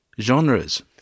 genres